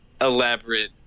elaborate